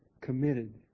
committed